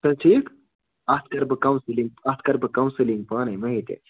چھُ حظ ٹھیٖک اَتھ کَرٕ بہٕ کَوسِلِنٛگ اَتھ کَرٕ بہٕ کَوسِلِنٛگ پانَے مےٚ ہےٚ ٹٮ۪نشن